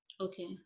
Okay